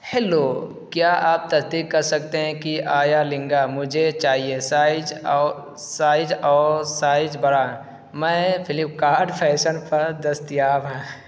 hello کیا آپ تصدیق کر سکتے ہیں کہ آیا لینگا مجھے چاہیے سائج او سائج او سائج بڑا میں فلپ کارٹ فیشن پر دستیاب ہے